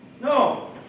No